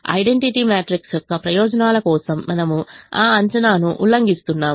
identity matrix యొక్క ప్రయోజనాల కోసం మనము ఆ అంచనాను ఉల్లంఘిస్తున్నాము